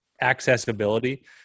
accessibility